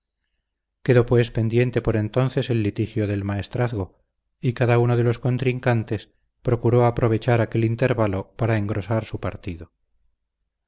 deseos quedó pues pendiente por entonces el litigio del maestrazgo y cada uno de los contrincantes procuró aprovechar aquel intervalo para engrosar su partido